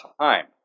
time